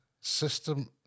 system